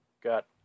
got